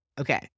Okay